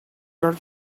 your